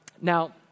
Now